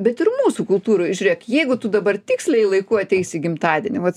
bet ir mūsų kultūroj žiūrėk jeigu tu dabar tiksliai laiku ateisi į gimtadienį vat